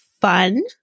fun